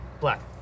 Black